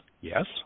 Yes